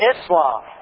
Islam